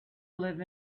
live